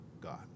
God